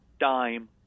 dime